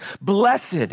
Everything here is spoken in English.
Blessed